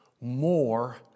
more